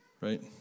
Right